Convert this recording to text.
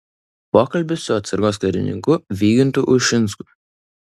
pokalbis su atsargos karininku vygintu ušinsku